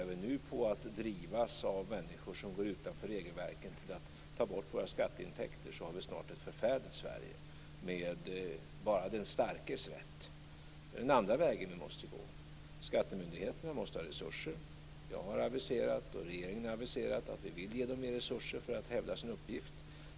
Om vi nu börjar drivas av människor som går utanför regelverken till att ta bort våra skatteintäkter har vi snart ett förfärligt Sverige med bara den starkes rätt. Det är den andra vägen som vi måste gå. Skattemyndigheterna måste ha resurser. Jag och regeringen har aviserat att vi vill ge dem mer resurser för att hävda sin uppgift.